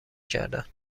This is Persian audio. کردن